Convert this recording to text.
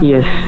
Yes